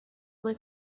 uma